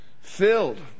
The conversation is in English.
Filled